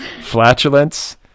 flatulence